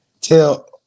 tell